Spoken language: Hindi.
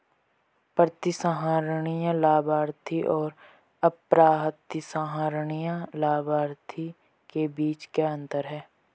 प्रतिसंहरणीय लाभार्थी और अप्रतिसंहरणीय लाभार्थी के बीच क्या अंतर है?